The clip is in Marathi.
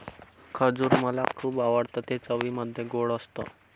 खजूर मला खुप आवडतं ते चवीमध्ये गोड असत